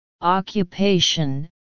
occupation